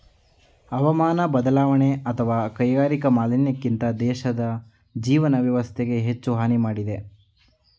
ಹವಾಮಾನ ಬದಲಾವಣೆ ಅತ್ವ ಕೈಗಾರಿಕಾ ಮಾಲಿನ್ಯಕ್ಕಿಂತ ದೇಶದ್ ಜೀವನ ವ್ಯವಸ್ಥೆಗೆ ಹೆಚ್ಚು ಹಾನಿ ಮಾಡಿದೆ